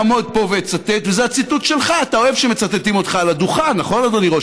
הציטוט, אדוני ראש